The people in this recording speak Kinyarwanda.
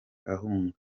ahunga